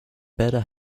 better